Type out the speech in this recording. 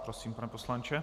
Prosím, pane poslanče.